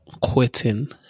quitting